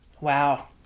wow